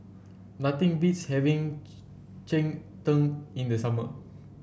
nothing beats having Cheng Tng in the summer